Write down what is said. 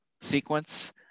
sequence